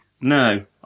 No